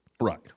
Right